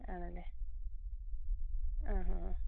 ആണല്ലേ ആ ഹാ ആ